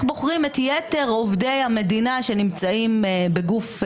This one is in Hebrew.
בוחרים את יתר עובדי המדינה שנמצאים בגוף מסוים.